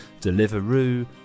Deliveroo